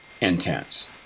intense